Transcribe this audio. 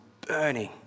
burning